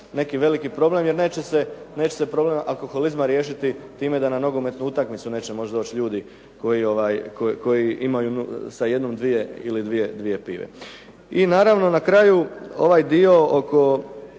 neki veliki problem jer neće se problem alkoholizma riješiti da na nogometnu utakmicu neće moći doći ljudi koji imaju sa jednom, dvije ili dvije pive. I naravno na kraju ovaj dio oko